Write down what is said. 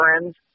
friends